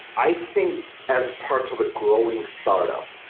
i think as part of a growing startup,